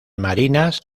marinas